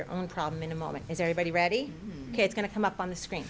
your own problem in a moment is everybody ready it's going to come up on the screen